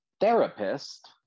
therapist